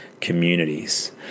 communities